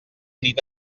nit